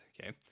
okay